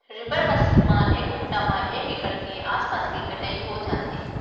reaper machine म एक घंटा म एक एकड़ के आसपास के कटई हो जाथे